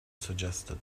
suggested